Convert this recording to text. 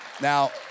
Now